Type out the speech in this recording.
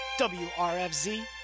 WRFZ